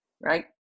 right